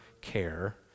care